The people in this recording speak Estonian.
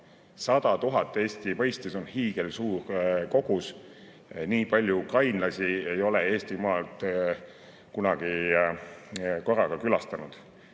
100 000 on Eesti mõistes hiigelsuur kogus. Nii palju ukrainlasi ei ole Eestimaad kunagi korraga külastanud. Väga